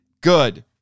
Good